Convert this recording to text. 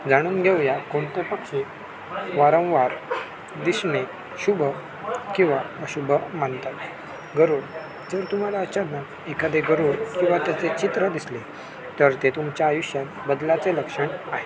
जाणून घेऊया कोणते पक्षी वारंवार दिसणे शुभ किंवा अशुभ मानतात गरुड जर तुम्हाला अचानक एखादे गरुड किंवा त्याचे चित्र दिसले तर ते तुमच्या आयुष्यात बदलाचे लक्षण आहे